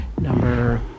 number